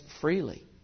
freely